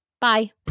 bye